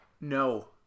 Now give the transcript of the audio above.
no